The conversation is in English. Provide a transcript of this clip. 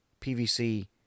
PVC